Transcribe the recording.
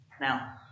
now